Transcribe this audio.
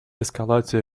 эскалации